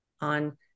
on